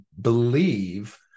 believe